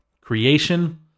Creation